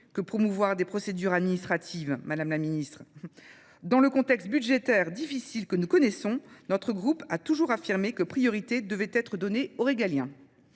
que promouvoir des procédures administratives, Madame la Ministre. Dans le contexte budgétaire difficile que nous connaissons, notre groupe a toujours affirmé que priorité devait être donnée aux régaliens.